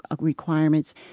requirements